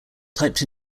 typed